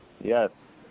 yes